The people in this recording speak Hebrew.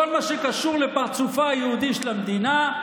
כל מה שקשור לפרצופה היהודי של המדינה,